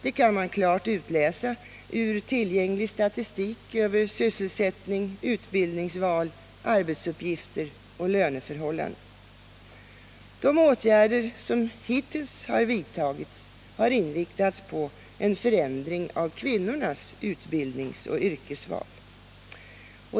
Det kan klart utläsas ur tillgänglig statistik över sysselsättning, utbildningsval, arbetsuppgifter och löneförhållanden. De åtgärder som hittills vidtagits har inriktats på en förändring av kvinnornas utbildningsoch yrkesval.